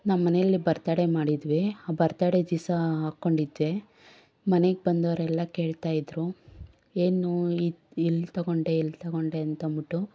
ನಮ್ಮನೇಲಿ ಬರ್ತಡೆ ಮಾಡಿದ್ವಿ ಬರ್ತಡೆ ದಿವಸ ಹಾಕ್ಕೊಂಡಿದ್ದೆ ಮನೆಗೆ ಬಂದೋರೆಲ್ಲ ಕೇಳ್ತಾಯಿದ್ರು ಏನು ಇದು ಎಲ್ಲಿ ತಗೊಂಡೆ ಎಲ್ಲಿ ತಗೊಂಡೆ ಅಂತಂದ್ಬಿಟ್ಟು